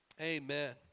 Amen